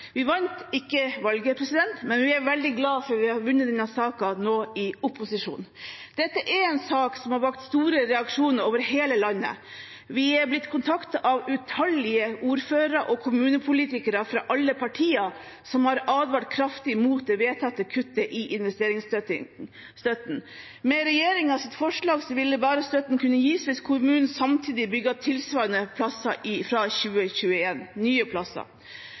Vi vant ikke valget, men vi er veldig glade for at vi har vunnet denne saken nå i opposisjon. Dette er en sak som har vakt sterke reaksjoner over hele landet. Vi er blitt kontaktet av utallige ordførere og kommunepolitikere fra alle partier som har advart kraftig mot det vedtatte kuttet i investeringsstøtten. Med regjeringens forslag ville støtten bare kunnet gis hvis kommunen samtidig bygde tilsvarende plasser fra 2021 – nye plasser.